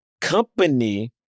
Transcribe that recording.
company